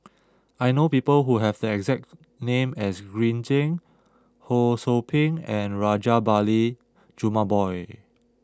I know people who have the exact name as Green Zeng Ho Sou Ping and Rajabali Jumabhoy